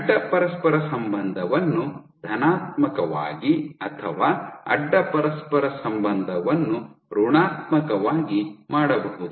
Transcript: ಅಡ್ಡ ಪರಸ್ಪರ ಸಂಬಂಧವನ್ನು ಧನಾತ್ಮಕವಾಗಿ ಅಥವಾ ಅಡ್ಡ ಪರಸ್ಪರ ಸಂಬಂಧವನ್ನು ಋಣಾತ್ಮಕವಾಗಿ ಮಾಡಬಹುದು